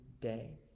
day